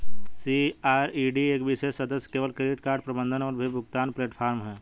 CRED एक विशेष सदस्य केवल क्रेडिट कार्ड प्रबंधन और बिल भुगतान प्लेटफ़ॉर्म है